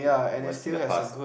oo what's in the past